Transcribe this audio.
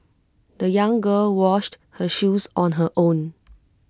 the young girl washed her shoes on her own